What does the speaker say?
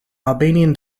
albanian